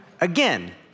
again